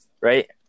right